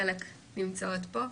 חלק נמצאות פה,